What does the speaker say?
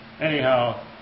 Anyhow